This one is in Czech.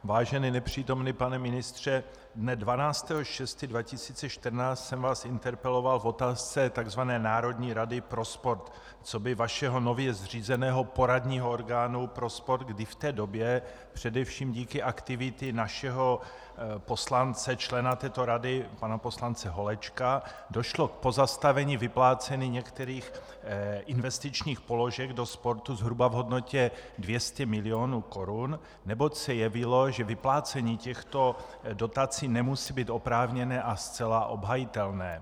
Vážený nepřítomný pane ministře, dne 12. 6. 2014 jsem vás interpeloval v otázce tzv. Národní rady pro sport, coby vašeho nově zřízeného poradního orgánu pro sport, kdy v té době především díky aktivitě našeho poslance, člena této rady, pana poslance Holečka, došlo k pozastavení vyplácení některých investičních položek do sportu zhruba v hodnotě 200 milionů korun, neboť se jevilo, že vyplácení těchto dotací nemusí být oprávněné a zcela obhajitelné.